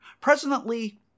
Presently